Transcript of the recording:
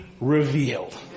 revealed